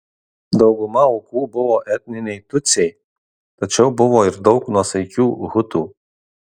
dauguma aukų buvo etniniai tutsiai tačiau buvo ir daug nuosaikių hutų